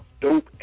dope